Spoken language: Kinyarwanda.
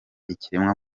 ikiremwa